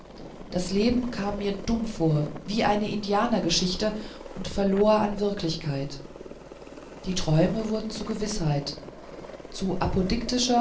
das leben kam mir dumm vor wie eine indianergeschichte und verlor an wirklichkeit die träume wurden zu gewißheit zu